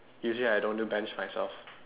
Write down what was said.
usually I don't do bench myself